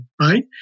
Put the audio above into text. right